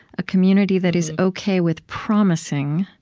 a community that is ok with promising